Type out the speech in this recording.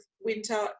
winter